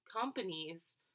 companies